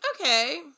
okay